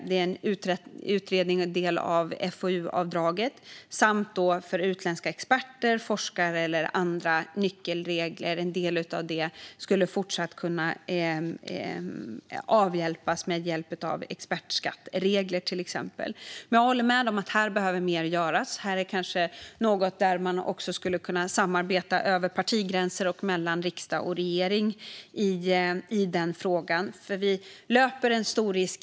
Det är en utredning om FoU-avdraget samt expertskatten för utländska experter, forskare och andra nyckelpersoner. En del av krånglet skulle kunna avhjälpas med till exempel expertskatteregler. Men jag håller med om att mer behöver göras här. Man skulle kanske kunna samarbeta över partigränser och mellan riksdag och regering i denna fråga.